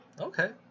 Okay